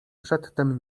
przedtem